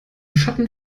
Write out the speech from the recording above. schatten